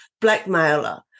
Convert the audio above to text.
blackmailer